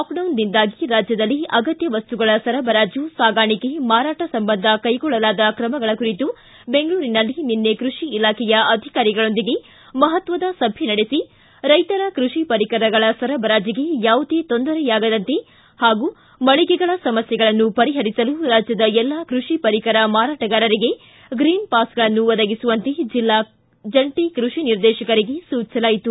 ಲಾಕ್ಡೌನ್ನಿಂದಾಗಿ ರಾಜ್ಯದಲ್ಲಿ ಅಗತ್ಯ ವಸ್ತುಗಳ ಸರಬರಾಜು ಸಾಗಾಣಿಕೆ ಮಾರಾಟ ಸಂಬಂಧ ಕೈಗೊಳ್ಳಲಾದ ಕ್ರಮಗಳ ಕುರಿತು ಕೃಷಿ ಇಲಾಖೆಯ ಅಧಿಕಾರಿಗಳೊಂದಿಗೆ ಮಹತ್ವದ ಸಭೆ ನಡೆಸಿ ಮಾತನಾಡಿದ ಅವರು ರೈತರ ಕೃಷಿ ಪರಿಕರಗಳ ಸರಬರಾಜಿಗೆ ಯಾವುದೇ ಕೊಂದರೆಯಾಗದಂತೆ ಪಾಗೂ ಮಳಿಗೆಗಳ ಸಮಸ್ನೆಗಳನ್ನು ಪರಿಪರಿಸಲು ರಾಜ್ಯದ ಎಲ್ಲಾ ಕೃಷಿ ಪರಿಕರ ಮಾರಾಟಗಾರರಿಗೆ ಗ್ರೀನ್ ಪಾಸ್ಗಳನ್ನು ಒದಗಿಸುವಂತೆ ಜಿಲ್ಲಾ ಜಂಟಿ ಕೃಷಿ ನಿರ್ದೇಶಕರಿಗೆ ಸೂಚಿಸಲಾಯಿತು